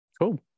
Cool